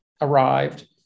arrived